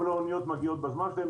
כל האוניות מגיעות בזמן שלהן,